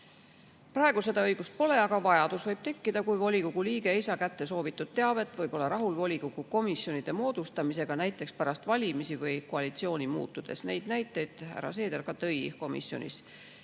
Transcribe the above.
Praegu seda õigust pole, aga see vajadus võib tekkida, kui volikogu liige ei saa kätte soovitud teavet või pole rahul volikogu komisjonide moodustamisega, näiteks pärast valimisi või koalitsiooni muutudes. Neid näiteid härra Seeder tõi ka